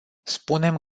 spunem